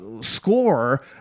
Score